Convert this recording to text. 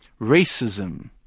Racism